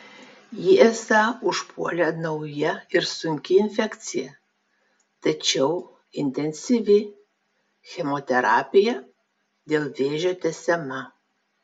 jį esą užpuolė nauja ir sunki infekcija tačiau intensyvi chemoterapija dėl vėžio tęsiama